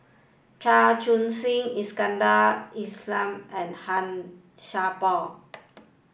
Chua Soo Khim Iskandar Ismail and Han Sai Por